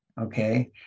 Okay